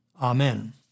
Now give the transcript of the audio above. Amen